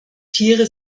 tiere